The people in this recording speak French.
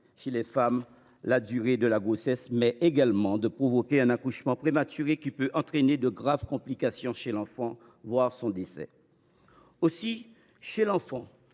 de réduire la durée de la grossesse, mais également de provoquer un accouchement prématuré, ce qui peut entraîner de graves complications chez l’enfant, voire son décès. L’exposition